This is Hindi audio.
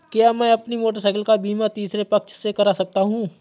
क्या मैं अपनी मोटरसाइकिल का बीमा तीसरे पक्ष से करा सकता हूँ?